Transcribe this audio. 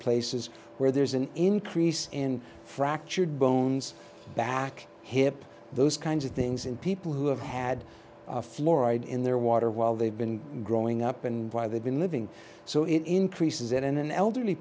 places where there's an increase in fractured bones back hip those kinds of things and people who have had fluoride in their water while they've been growing up and why they've been living so it increases it in an elderly